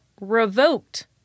revoked